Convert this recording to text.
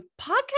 podcast